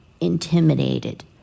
intimidated